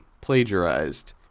plagiarized